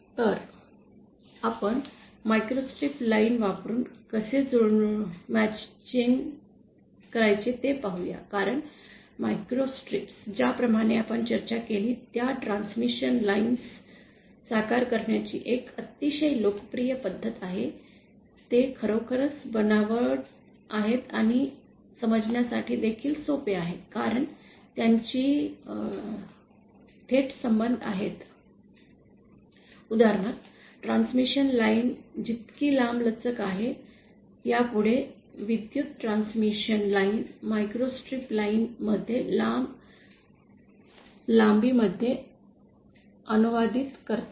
तर आपण microstrip line वापरुन कसे जुळवायचे ते पाहूया कारण मायक्रोस्ट्रिप्स ज्याप्रमाणे आपण चर्चा केली त्या ट्रान्समिशन लाईन साकार करण्याची एक अतिशय लोकप्रिय पद्धत आहे ते खरोखर बनावट आहेत आणि समजण्यास देखील सोपे आहे कारण त्यांचे थेट संबंध आहेत उदाहरणार्थ ट्रान्समिशन लाइन जितकी लांबलचक आहे यापुढे विद्युत ट्रांसमिशन लाइन मायक्रोस्ट्रिप लाइन मध्ये लांब लांबीमध्ये अनुवादित करते